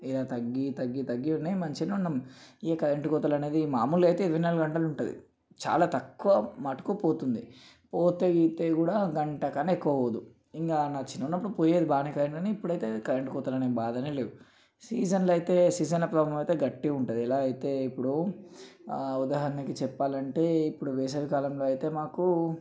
ఇక తగ్గి తగ్గి తగ్గి ఉన్నాయి మంచిగానే ఉన్నాము ఈ కరెంటు కోతలు అనేవి మామూలుగా అయితే ఇరవై నాలుగు గంటలు ఉంటుంది చాలా తక్కువ మట్టుకు పోతుంది పోతే గీతే కూడా గంట కన్నా ఎక్కువ పోదు ఇంకా నా చిన్నగా ఉన్నప్పుడు పోయేది బాగానే కరెంటు కానీ ఇప్పుడైతే కరెంటు కోతలు అనేవి బాధలే లేవు సీజన్లో అయితే సీజన్లో ప్రాబ్లం అయితే గట్టిగా ఉంటుంది ఎలా అయితే ఇప్పుడు ఉదాహరణకి చెప్పాలంటే ఇప్పుడు వేసవికాలంలో అయితే మాకు